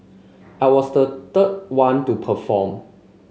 I was the third one to perform